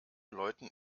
läuten